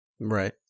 Right